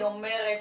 אני אומרת,